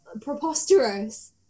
preposterous